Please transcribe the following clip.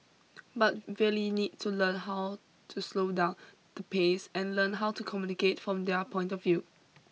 but really need to learn how to slow down the pace and learn how to communicate from their point of view